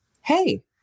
hey